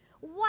Wow